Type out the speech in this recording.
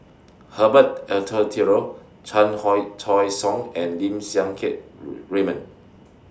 Herbert Eleuterio Chan Choy Siong and Lim Siang Keat Raymond